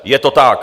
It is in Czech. Je to tak.